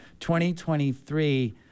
2023